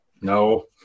no